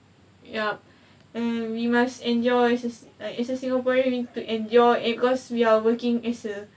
yup and we must enjoy is as a singaporean we have to enjoy cause we are working as a